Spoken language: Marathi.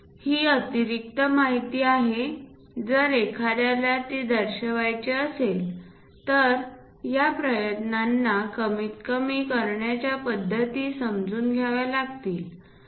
ही अतिरिक्त माहिती आहे जर एखाद्याला ती दर्शवायची असेल तर या प्रयत्नांना कमीत कमी करण्याच्या पद्धती समजून घ्याव्या लागतील